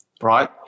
right